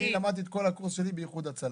אני למדתי את כל הקורס שלי באיחוד הצלה.